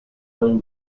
own